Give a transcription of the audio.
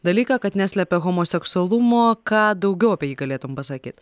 dalyką kad neslepia homoseksualumo ką daugiau apie jį galėtum pasakyt